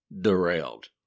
derailed